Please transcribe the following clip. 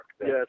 Yes